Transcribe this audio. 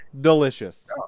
delicious